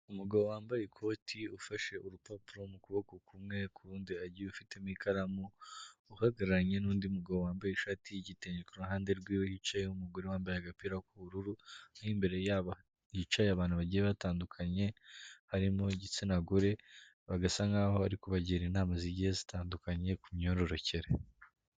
Umugabo wambaye ikoti ufashe urupapuro mu kuboko kumwe ukundi agiye ufitemo ikaramu uhagararanye n'undi mugabo wambaye ishati y'igitenge kuruhande rwe hicaye umugore wambaye agapira k'ubururu, naho imbere yabo hicaye abantu bagiye batandukanye harimo igitsina gore bagasa nkaho ari kubagira inama zigiye zitandukanye ku myororokere.